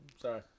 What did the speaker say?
Sorry